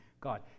God